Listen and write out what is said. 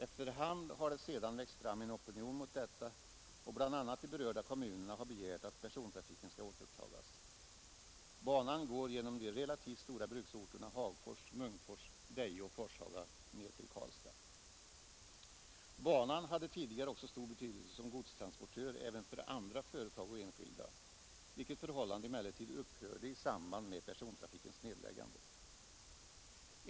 Efter hand har det sedan växt fram en opinion mot detta, och bl.a. har de berörda kommunerna begärt att persontrafiken skall återupptas. Banan går genom de relativt stora bruksorterna Hagfors, Munkfors, Deje och Forshaga ned till Karlstad. Den hade tidigare stor betydelse som godstransportör även för andra företag och enskilda, vilket förhållande emellertid upphörde i samband med persontrafikens nedläggning.